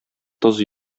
тоз